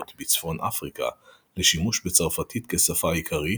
בצפון אפריקה לשימוש בצרפתית כשפה עיקרית